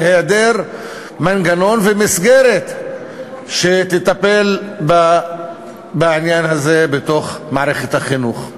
בהיעדר מנגנון ומסגרת שתטפל בעניין הזה בתוך מערכת החינוך.